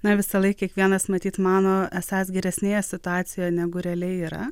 na visąlaik kiekvienas matyt mano esąs geresnėje situacijoje negu realiai yra